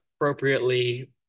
appropriately